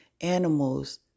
animals